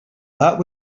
that